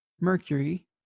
mercury